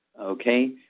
okay